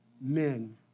men